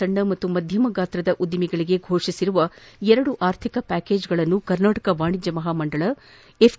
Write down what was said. ಸಣ್ಣ ಮತ್ತು ಮಧ್ಯಮ ಗಾತ್ರದ ಉದ್ಭಿಮೆಗಳಿಗೆ ಘೋಷಿಸಿರುವ ಎರಡು ಆರ್ಥಿಕ ಪ್ಟಾಕೇಜ್ಗಳನ್ನು ಕರ್ನಾಟಕ ವಾಣಿಜ್ಯ ಮಹಾಮಂಡಳಿ ಎಫ್